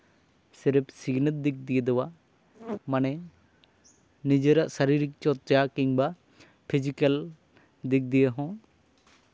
ᱥᱨᱤᱯᱷ ᱥᱤᱠᱷᱱᱟᱹᱛ ᱫᱤᱠ ᱫᱤᱭᱮ ᱫᱚ ᱵᱟᱝ ᱢᱟᱱᱮ ᱱᱤᱡᱮᱨᱟᱜ ᱥᱟᱹᱨᱤᱠ ᱪᱚᱨᱪᱟ ᱠᱤᱢᱵᱟ ᱯᱷᱤᱡᱤᱠᱮᱞ ᱫᱤᱠ ᱫᱤᱭᱮ ᱦᱚᱸ